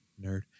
Nerd